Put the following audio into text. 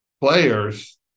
players